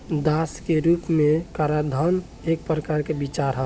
दास के रूप में कराधान एक प्रकार के विचार ह